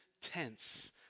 tense